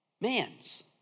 man's